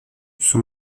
son